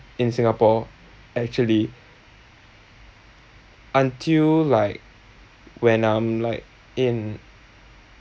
in Singapore actually until like when I'm like in